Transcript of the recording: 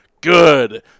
good